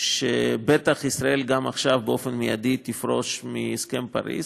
שבטח ישראל עכשיו, באופן מיידי, תפרוש מהסכם פריז.